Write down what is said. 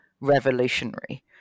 revolutionary